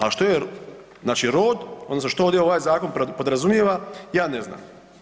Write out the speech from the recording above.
A što je znači rod, odnosno što ovdje ovaj zakon podrazumijeva, ja ne znam.